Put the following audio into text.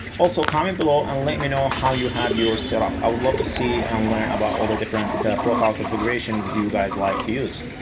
also, comment below and let me know how you have yours setup. i would love to see and learn about all the different profile configurations you guys like to use.